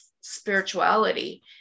spirituality